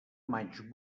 maig